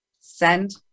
send